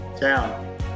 Ciao